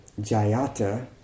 Jayata